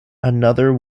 another